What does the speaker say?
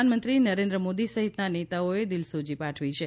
પ્રધાનમંત્રી નરેન્દ્ર મોદી સહિતના નેતાઓએ દિલસોજી પાઠવી છે